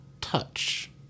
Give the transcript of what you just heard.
touch